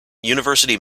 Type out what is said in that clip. university